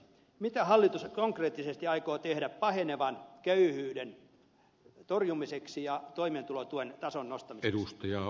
mitä hallitus konkreettisesti aikoo tehdä pahenevan köyhyyden torjumiseksi ja toimeentulotuen tason nostamiseksi